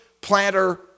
planter